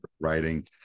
writing